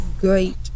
great